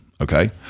Okay